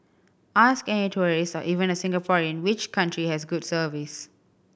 ask any tourist or even a Singaporean which country has good service